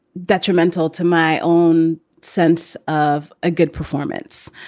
detrimental to my own sense of a good performance.